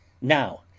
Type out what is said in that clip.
now